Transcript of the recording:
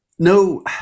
No